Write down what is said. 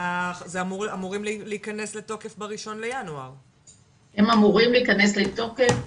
זה אמור להיכנס לתוקף ב- 1.1. הם אמורים להיכנס לתוקף.